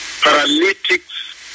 paralytics